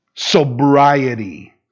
sobriety